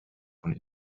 von